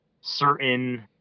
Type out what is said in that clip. certain